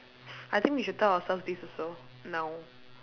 I think we should tell ourselves this also now